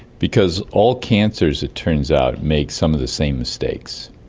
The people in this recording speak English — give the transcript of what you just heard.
because all cancers, it turns out, make some of the same mistakes.